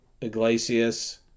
Iglesias